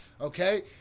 okay